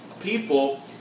people